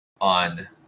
on